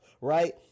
right